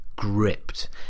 gripped